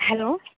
hello